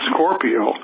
Scorpio